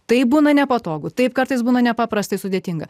tai būna nepatogu taip kartais būna nepaprastai sudėtinga